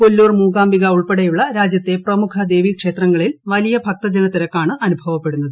കൊല്ലൂർ മൂകാംബിക ഉൾപ്പെടെയുള്ള രാജ്യത്തെ പ്രമുഖ ദേവി ക്ഷേത്രങ്ങളിൽ വലിയ ഭക്ത ജനത്തിരക്കാണ് അനുഭവപ്പെടുന്നത്